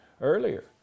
earlier